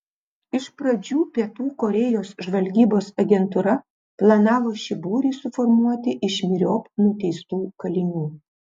iš pradžių pietų korėjos žvalgybos agentūra planavo šį būrį suformuoti iš myriop nuteistų kalinių